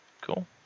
cool